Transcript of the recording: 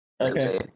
Okay